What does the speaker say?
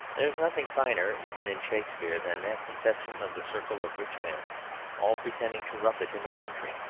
there is nothing finer even in shakespeare than that conception of the circle of rich men all pretending to rough it in the country,